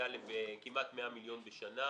מגיעה לכמעט 100 מיליון בשנה.